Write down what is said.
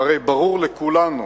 והרי ברור לכולנו